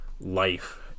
life